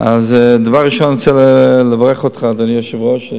דבר ראשון אני רוצה לברך אותך, אדוני היושב-ראש.